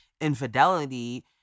infidelity